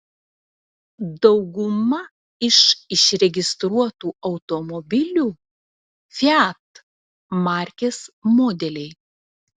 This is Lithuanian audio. dauguma iš išregistruotų automobiliu fiat markės modeliai